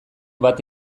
bat